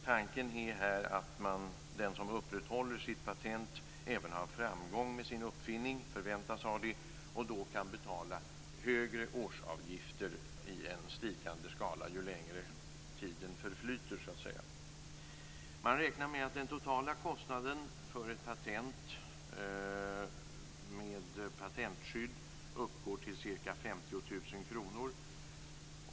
Tanken är att den som upprätthåller sitt patent även har framgång med sin uppfinning och då kan betala årsavgifter i en stigande skala, dvs. högre avgift ju längre tiden förflyter. Man räknar med att den totala kostnaden för ett patent med patentskydd uppgår till ca 50 000 kr.